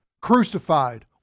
crucified